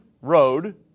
road